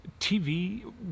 tv